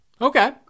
Okay